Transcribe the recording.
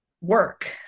Work